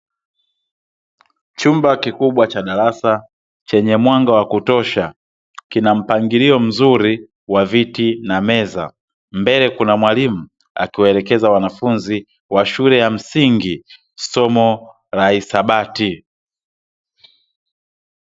Chumba kikubwa cha darasa chenye mwanga wa kutosha kina mpangilio mzuri wa viti na meza mbele kuna mwalimu akiwaelekeza wanafunzi wa shule ya msingi somo la hisabati .